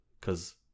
Cause